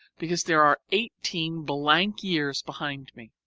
because there are eighteen blank years behind me.